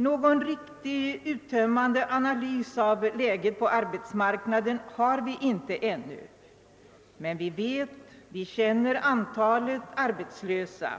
Någon riktigt uttömmande analys av läget på arbetsmarknaden har vi inte ännu, men vi känner till antalet arbetslösa